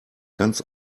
ganz